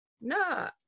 No